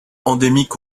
endémique